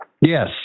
Yes